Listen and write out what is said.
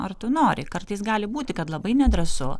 ar tu nori kartais gali būti kad labai nedrąsu